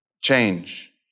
change